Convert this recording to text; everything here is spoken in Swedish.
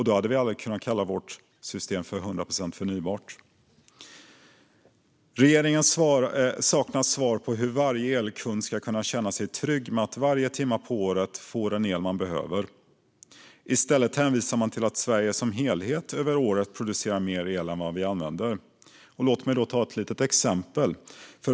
Då hade vi aldrig kunnat kalla vårt system "100 procent förnybart". Regeringen saknar svar på hur varje elkund ska kunna känna sig trygg med att varje timme på året få den el man behöver. I stället hänvisar den till att det i Sverige som helhet över året produceras mer el än vi använder. Låt mig då ta ett litet exempel.